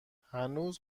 هنوز